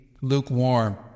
lukewarm